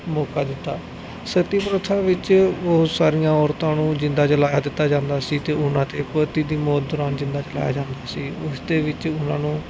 ਮੌਕਾ ਦਿੱਤਾ ਸਤੀ ਪ੍ਰਥਾ ਵਿੱਚ ਬਹੁਤ ਸਾਰੀਆਂ ਔਰਤਾਂ ਨੂੰ ਜਿੰਦਾ ਜਲਾਅ ਦਿੱਤਾ ਜਾਂਦਾ ਸੀ ਅਤੇ ਉਹਨਾਂ 'ਤੇ ਪਤੀ ਦੀ ਮੌਤ ਦੌਰਾਨ ਜਿੰਦਾ ਜਲਾਇਆ ਜਾਂਦਾ ਸੀ ਉਸਦੇ ਵਿੱਚ ਉਹਨਾਂ ਨੂੰ